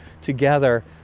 together